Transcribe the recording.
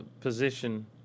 position